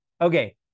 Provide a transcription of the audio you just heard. okay